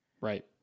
right